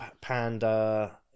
Panda